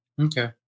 Okay